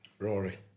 Rory